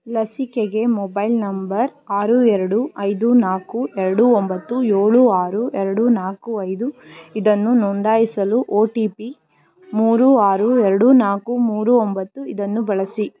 ಲಸಿಕೆಗೆ mobile number ಆರು ಎರಡು ಐದು ನಾಲ್ಕು ಎರಡು ಒಂಬತ್ತು ಏಳು ಆರು ಎರಡು ನಾಲ್ಕು ಐದು ಇದನ್ನು ನೋಂದಾಯಿಸಲು ಒ ಟಿ ಪಿ ಮೂರು ಆರು ಎರಡು ನಾಲ್ಕು ಮೂರು ಒಂಬತ್ತು ಇದನ್ನು ಬಳಸಿ